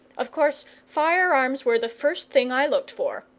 of course, fire-arms were the first thing i looked for,